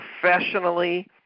professionally